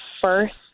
first